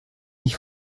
ich